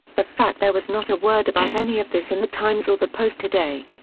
the fact there was not a word about any of this in the times or the post today.